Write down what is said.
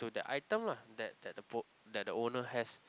to the item lah that that the that the owner has